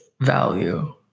value